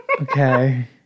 Okay